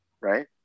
right